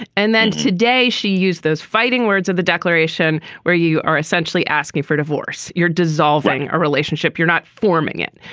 and then today she used those fighting words of the declaration where you are essentially asking for divorce, you're dissolving a relationship, you're not forming it.